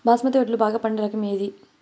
బాస్మతి వడ్లు బాగా పండే రకం ఏది